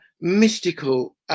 mystical